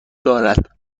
دارد